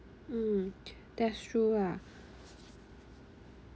mm that's true ah